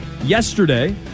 yesterday